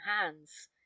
hands